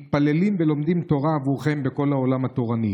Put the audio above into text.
מתפללים ולומדים תורה עבורכם בכל העולם התורני.